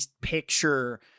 picture